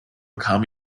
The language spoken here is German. kamen